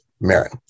Marin